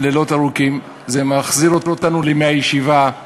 לילות ארוכים, זה מחזיר אותנו לימי הישיבה,